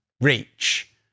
reach